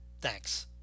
Thanks